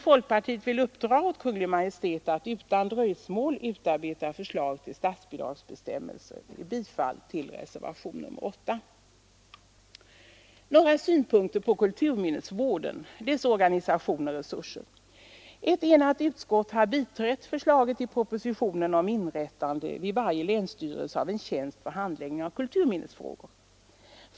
Folkpartiet vill uppdra åt Kungl. Maj:t att utan dröjsmål utarbeta förslag till statsbidragsbestämmelser. Jag yrkar bifall till reservationen 8. Ett enat utskott har biträtt förslaget i propositionen om inrättande vid varje länsstyrelse av en tjänst för handläggning av kulturminnesfrågorna.